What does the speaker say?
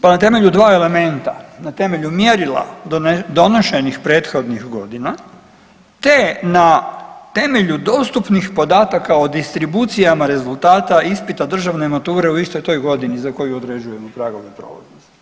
Pa na temelju dva elementa, na temelju mjerila donošenih prethodnih godina, te na temelju dostupnih podataka o distribucijama rezultata ispita državne mature u istoj toj godini za koju određujemo pragove prolaznosti.